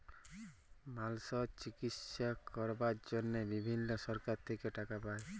মালসর চিকিশসা ক্যরবার জনহে বিভিল্ল্য সরকার থেক্যে টাকা পায়